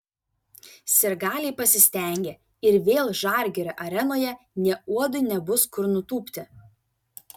sirgaliai pasistengė ir vėl žalgirio arenoje nė uodui nebus kur nutūpti